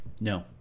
No